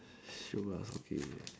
shiok